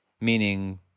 meaning